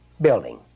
building